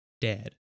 dead